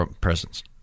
presence